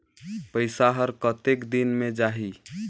पइसा हर कतेक दिन मे जाही?